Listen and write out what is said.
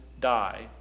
die